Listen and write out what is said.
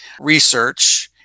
research